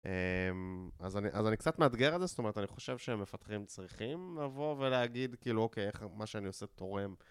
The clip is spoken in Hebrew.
אז אני אז אני קצת מאתגר על זה, זאת אומרת אני חושב שהמפתחים צריכים לבוא ולהגיד כאילו אוקיי מה שאני עושה תורם